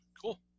cool